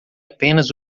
apenas